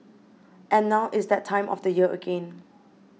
and now it's that time of the year again